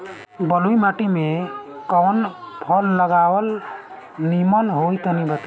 बलुई माटी में कउन फल लगावल निमन होई तनि बताई?